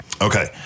Okay